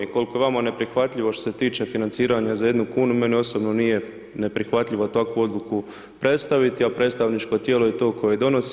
I koliko je vama neprihvatljivo što se tiče financiranja za 1 kunu meni osobno nije neprihvatljivo takvu odluku predstaviti a predstavničko tijelo je to koje donosi.